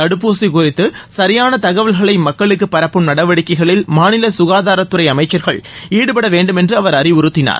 தடுப்பூசி குறித்து சியான தகவல்களை மக்களுக்கு பரப்பும் நடவடிக்கைகளில் மாநில சுகாதாரத்துறை அமைச்சர்கள் ஈடுபட வேண்டும் என்று அவர் அறிவுறுத்தினார்